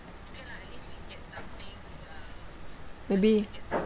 maybe